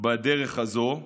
בדרך הזאת.